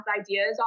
ideas